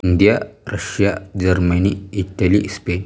India Russia Germany Italy Spain